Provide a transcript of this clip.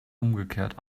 umgekehrt